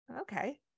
okay